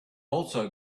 also